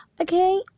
Okay